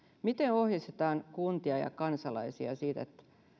miten ohjeistetaan kuntia ja kansalaisia siitä